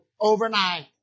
overnight